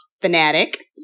fanatic